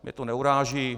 Mě to neuráží.